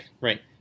Right